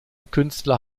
künstler